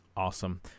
Awesome